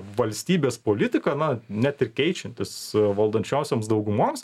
valstybės politika na net ir keičiantis valdančiosioms daugumoms